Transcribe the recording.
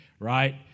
right